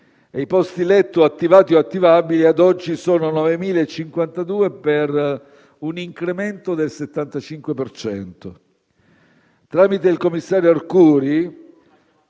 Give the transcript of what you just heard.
e i posti letto attivati o attivabili ad oggi sono 9.052, per un incremento del 75 per cento. Tramite il commissario Arcuri,